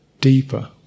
deeper